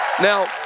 Now